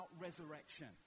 resurrection